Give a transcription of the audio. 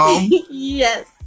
Yes